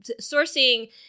sourcing